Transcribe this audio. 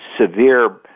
severe